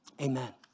Amen